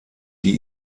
die